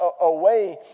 away